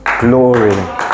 glory